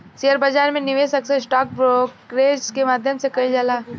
share बाजार में निवेश अक्सर स्टॉक ब्रोकरेज के माध्यम से कईल जाला